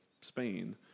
Spain